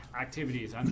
activities